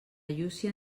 llúcia